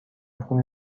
خون